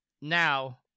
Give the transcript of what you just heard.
Now